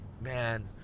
man